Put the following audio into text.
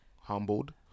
Humbled